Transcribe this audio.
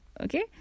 okay